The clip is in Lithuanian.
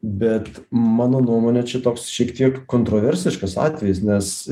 bet mano nuomone čia toks šiek tiek kontroversiškas atvejis nes